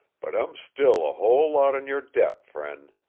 but i'm still a whole lot in your debt, friend.